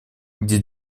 где